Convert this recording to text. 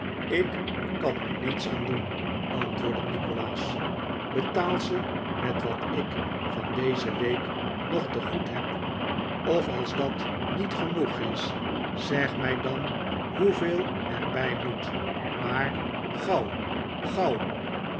ik kan er niets aan doen antwoordde nikolaas betaal ze met wat ik van deze week nog te goed heb of als dat niet genikolaas nickleby noeg is zeg mij daii hoeveel er bij moet maar gauw gauw